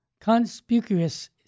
conspicuous